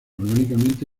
orgánicamente